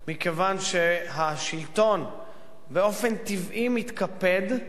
מכיוון שהשלטון באופן טבעי מתקפד,